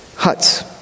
Huts